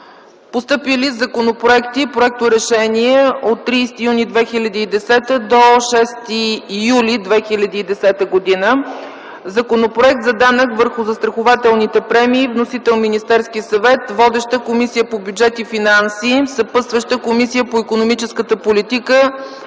Постъпили законопроекти и проекторешения от 30 юни 2010 г. до 6 юли 2010 г.: Законопроект за данък върху застрахователните премии. Вносител – Министерският съвет. Водеща е Комисията по бюджет и финанси. Съпътстващи са Комисията по икономическата политика,